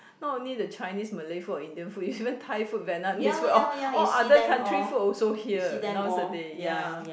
not only the Chinese Malay food or Indian food is even Thai food Vietnamese food all all other country food also here nowadays ya